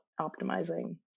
optimizing